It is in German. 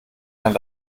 kann